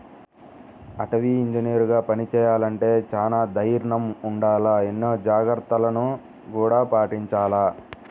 అటవీ ఇంజనీరుగా పని చెయ్యాలంటే చానా దైర్నం ఉండాల, ఎన్నో జాగర్తలను గూడా పాటించాల